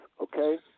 okay